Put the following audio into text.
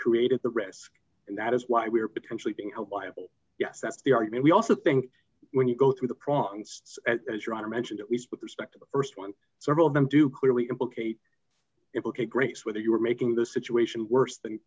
created the risk and that is why we are potentially being held liable yes that's the argument we also think when you go through the prongs as your honor mentioned at least with respect to the st one several of them do clearly indicate it will take grace whether you are making the situation worse than